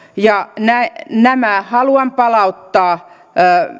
ja nämä haluan palauttaa